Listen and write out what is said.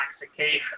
intoxication